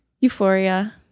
Euphoria